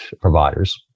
providers